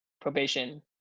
probation